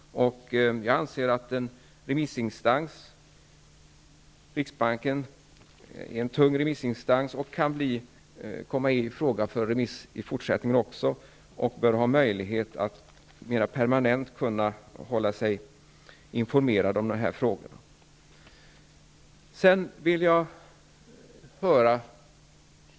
Jag anser att en remissinstans -- riksbanken är en tung remissinstans och kan komma i fråga för remisser även i fortsättningen -- bör ha möjlighet att mer permanent kunna hålla sig informerad om den här frågan.